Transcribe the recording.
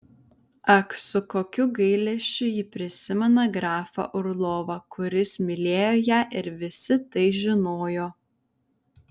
ak su kokiu gailesčiu ji prisimena grafą orlovą kuris mylėjo ją ir visi tai žinojo